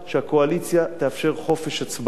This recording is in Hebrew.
שהקואליציה תאפשר חופש הצבעה,